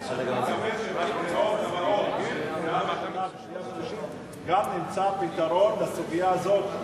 אני מקווה שבשנים הבאות נמצא גם פתרון לסוגיה הזאת,